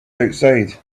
outside